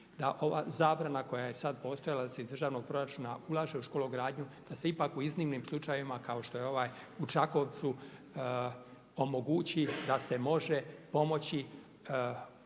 se ova zabrana koja je sad postojala, da se iz državnog proračuna ulaže u škologradnju, da se ipak u iznimnim slučajevima kao što je ovaj u Čakovcu omogući da se može pomoći